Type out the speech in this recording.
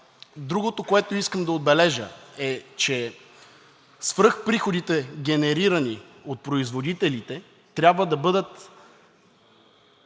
другото, което искам да отбележа, е, че свръхприходите, генерирани от производителите, трябва да бъдат